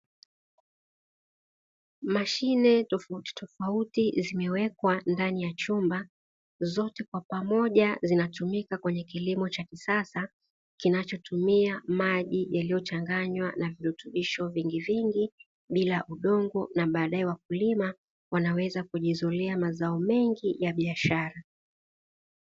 Mashine tofautitofauti zimewekwa ndani ya chumba, zote kwa pamoja zinatumika kwenye kilimo cha kisasa kinachotumia maji yaliyochanganywa na virutubisho vingi vingi bila udongo, na baadaye wakulima wanaweza kujizolea mazao mengi ya biashara.